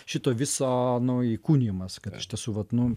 šito viso nu įkūnijimas kad iš tiesų vat nu